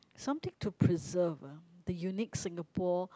something to preserve uh the unique Singapore